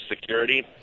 security